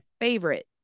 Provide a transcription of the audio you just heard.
favorite